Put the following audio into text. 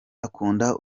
akunda